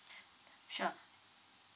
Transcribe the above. sure